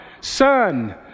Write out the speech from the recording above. son